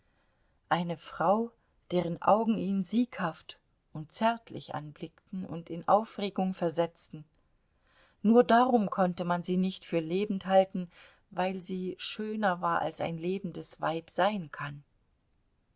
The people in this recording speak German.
eine frau deren augen ihn sieghaft und zärtlich anblickten und in aufregung versetzten nur darum konnte man sie nicht für lebend halten weil sie schöner war als ein lebendes weib sein kann